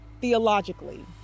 theologically